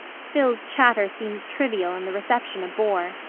phil's chatter seemed trivial and the reception a bore.